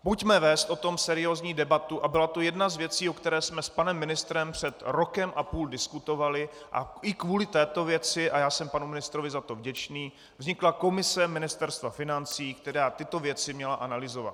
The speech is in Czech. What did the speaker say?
Pojďme vést o tom seriózní debatu, a byla to jedna z věcí, o které jsme s panem ministrem před rokem a půl diskutovali, a i kvůli této věci, a já jsem panu ministrovi za to vděčný, vznikla komise Ministerstva financí, která tyto věci měla analyzovat.